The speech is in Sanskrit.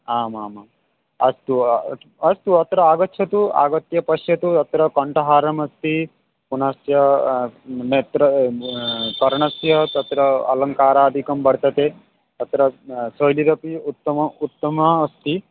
आम् आम् आम् अस्तु अस्तु अत्र आगच्छतु आगत्य पश्यतु अत्र कण्ठहारम् अस्ति पुनश्च नेत्र कर्णस्य तत्र अलङ्कारादिकं वर्तते अत्र सैलिरपि उत्तम उत्तमा अस्ति